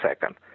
second